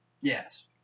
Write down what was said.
Yes